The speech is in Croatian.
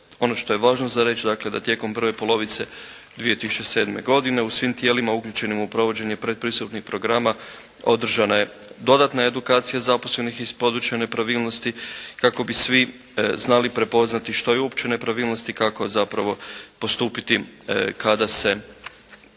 Ono što je važno za reći dakle da tijekom prve polovice 2007. godine u svim tijelima uključenim u provođenje pretpristupnih programa održana je dodatna edukacija zaposlenih iz područja nepravilnosti kako bi svi znali prepoznati što je uopće nepravilnost i kako zapravo postupiti kada se